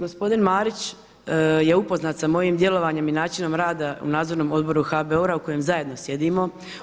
Gospodin Marić je upoznat sa mojim djelovanjem i načinom rada u Nadzornom odboru HBOR-a u kojem zajedno sjedimo.